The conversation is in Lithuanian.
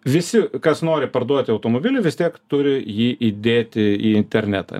visi kas nori parduoti automobilį vis tiek turi jį įdėti į internetą